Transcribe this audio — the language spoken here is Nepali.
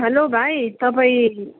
हेलो भाइ तपाईँ